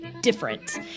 different